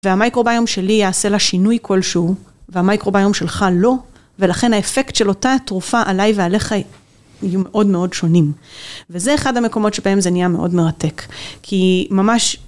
והמייקרוביום שלי יעשה לה שינוי כלשהו, והמייקרוביום שלך לא, ולכן האפקט של אותה התרופה עליי ועליך יהיו מאוד מאוד שונים. וזה אחד המקומות שבהם זה נהיה מאוד מרתק כי ממש